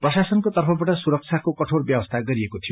प्रशासनको तर्फबाट सुरक्षाको कठोर व्यवस्था गरिएको थियो